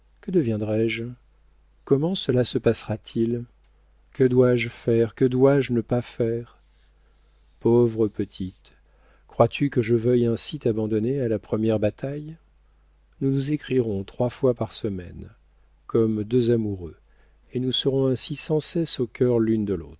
que deviendrai-je comment cela se passera-t-il que dois-je faire que dois-je ne pas faire pauvre petite crois-tu que je veuille ainsi t'abandonner à la première bataille nous nous écrirons trois fois par semaine comme deux amoureux et nous serons ainsi sans cesse au cœur l'une de l'autre